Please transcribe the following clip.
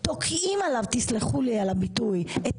תוקעים עליו תסלחי לי על הביטוי את